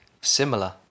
Similar